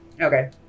Okay